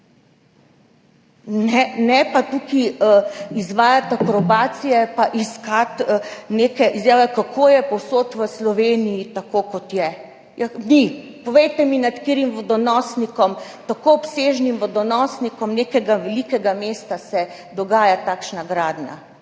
ne pa tukaj izvajati akrobacij in iskati neke izjave, kako je povsod v Sloveniji tako, kot je. Ni! Povejte mi, nad katerim tako obsežnim vodonosnikom nekega velikega mesta se dogaja takšna gradnja.